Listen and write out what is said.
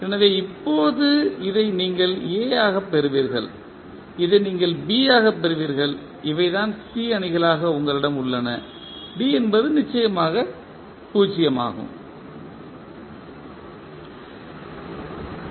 எனவே இப்போது இதை நீங்கள் A ஆகப் பெறுவீர்கள் இதை நீங்கள் B ஆகப் பெறுவீர்கள் இவைதான் C அணிகளாக உங்களிடம் உள்ளன D என்பது நிச்சயமாக 0